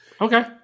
Okay